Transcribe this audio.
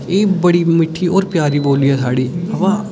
एह् बड़ी मिट्ठी और प्यारी बोल्ली ऐ साढ़ी अवां